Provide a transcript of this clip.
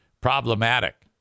problematic